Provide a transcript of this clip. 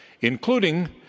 including